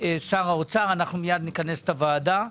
שר האוצר, מייד נכנס את הוועדה,